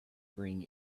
bring